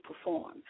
perform